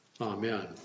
Amen